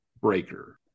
breaker